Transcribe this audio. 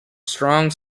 strong